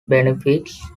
benefits